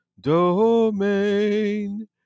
domain